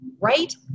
Right